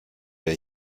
der